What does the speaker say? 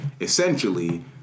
essentially